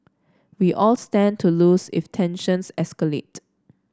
we all stand to lose if tensions escalate